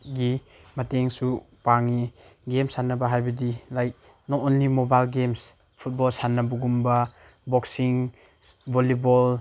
ꯒꯤ ꯃꯇꯦꯡꯁꯨ ꯄꯥꯡꯏ ꯒꯦꯝ ꯁꯥꯟꯅꯕ ꯍꯥꯏꯗꯤ like not only mobile games football ꯁꯥꯟꯅꯕꯒꯨꯝꯕ ꯕꯣꯛꯁꯤꯡ ꯕꯣꯜꯂꯤꯕꯣꯜ